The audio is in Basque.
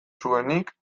zuenik